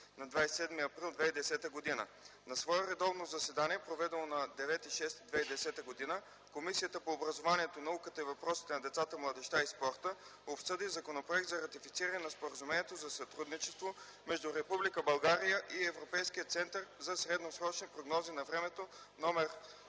на 27 април 2010 г. На свое редовно заседание, проведено на 9 юни 2010 г., Комисията по образованието, науката и въпросите на децата, младежта и спорта обсъди Законопроект за ратифициране на Споразумението за сътрудничество между Република България и Европейския център за средносрочни прогнози на времето,